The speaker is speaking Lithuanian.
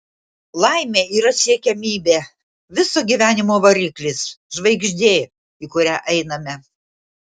laimė yra siekiamybė viso gyvenimo variklis žvaigždė į kurią einame